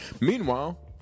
Meanwhile